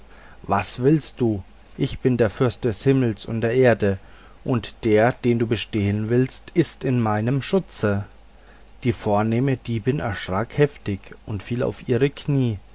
was willst du ich bin der fürst des himmels und der erden und der den du bestehlen willst ist in meinem schutze die vornehme diebin erschrack heftig und fiel auf ihre knie